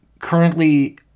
currently